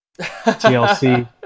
TLC